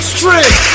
Straight